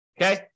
Okay